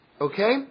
Okay